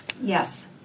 Yes